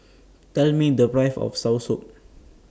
Tell Me The Price of Soursop